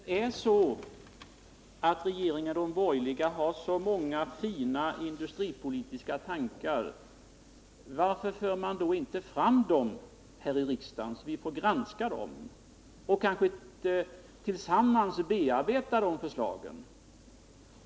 Herr talman! Om regeringen och de borgerliga har så många fina industripolitiska tankar, varför för de då inte fram dem här i riksdagen, så att vi får granska dem? Kanske kunde vi tillsammans bearbeta de förslagen.